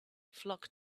flock